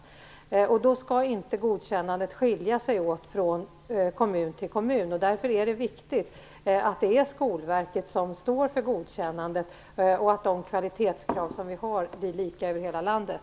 Godkännandet skall inte skilja sig åt från kommun till kommun. Därför är det viktigt att Skolverket står för godkännandet och att de kvalitetskrav vi har blir lika över hela landet.